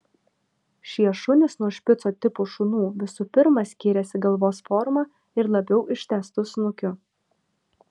šie šunys nuo špicų tipo šunų visų pirma skyrėsi galvos forma ir labiau ištęstu snukiu